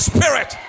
Spirit